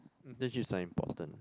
this is like important